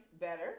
better